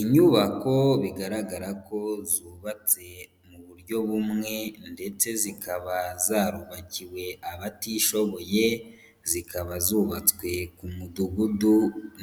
Inyubako bigaragara ko zubatse mu buryo bumwe ndetse zikaba zarubakiwe abatishoboye, zikaba zubatswe ku mudugudu